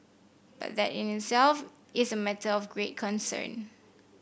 but that in itself is a matter of great concern